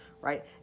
right